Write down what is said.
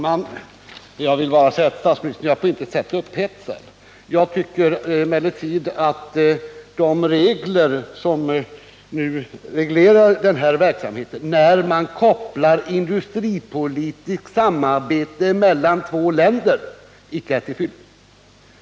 Herr talman! Jag vill bara säga till statsministern att jag på intet sätt är upphetsad. Men jag tycker att de regler som nu gäller för industripolitiskt samarbete mellan två länder icke är till fyllest.